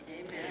Amen